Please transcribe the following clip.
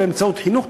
באמצעות חינוך,